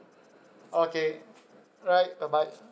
okay alright bye bye